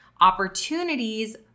opportunities